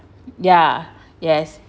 ya yes